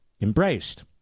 embraced